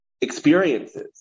experiences